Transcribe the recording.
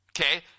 okay